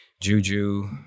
Juju